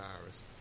virus